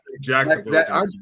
jacksonville